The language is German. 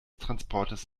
transportes